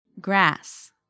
Grass